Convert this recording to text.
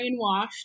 Brainwashed